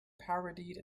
parodied